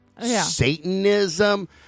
Satanism